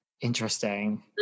Interesting